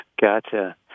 Gotcha